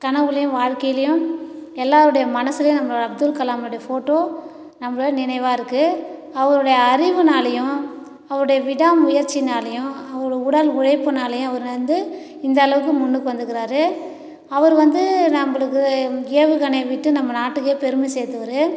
கனவுலையும் வாழ்க்கையிலையும் எல்லாருடைய மனசுலையும் நம்ம அப்துல்கலாம் உடைய ஃபோட்டோ நம்பளை நினைவாக இருக்கு அவருடைய அறிவுனாலையும் அவருடைய விடா முயற்சினாலையும் அவர் உடல் உழைப்புனாலையும் அவர் வந்து இந்த அளவுக்கு முன்னுக்கு வந்துக்குறார் அவர் வந்து நம்பளுக்கு ஏவுகணை விட்டு நம்ம நாட்டுக்கே பெருமை சேத்தவர்